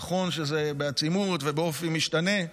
נכון שזה בעצימות ובאופי משתנה,